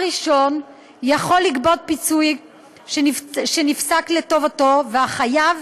הראשון יכול לגבות פיצויים שנפסקו לטובתו והחייב